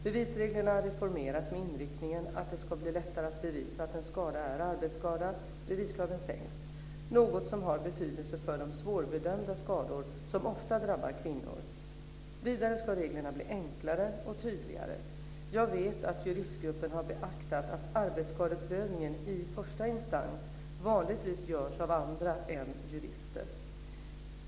Bevisreglerna reformeras med inriktningen att det ska bli lättare att bevisa att en skada är arbetsskada, dvs. beviskravet sänks, något som har betydelse för de svårbedömda skador som ofta drabbar kvinnor. Vidare ska reglerna bli enklare och tydligare. Jag vet att juristgruppen har beaktat att arbetsskadeprövningen i första instans vanligtvis görs av andra än jurister.